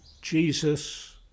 Jesus